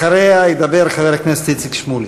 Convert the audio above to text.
אחריה ידבר חבר הכנסת איציק שמולי.